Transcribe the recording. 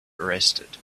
arrested